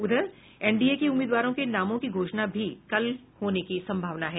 उधर एनडीए के उम्मीदवारों के नामों की घोषणा भी कल होने की सम्भावना है